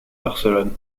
barcelone